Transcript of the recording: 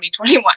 2021